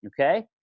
Okay